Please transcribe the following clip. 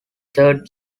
third